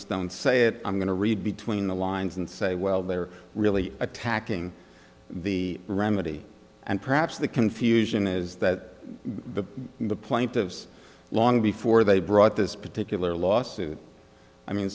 don't say it i'm going to read between the lines and say well they're really attacking the remedy and perhaps the confusion is that the plaintiffs long before they brought this particular lawsuit i mean